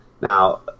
Now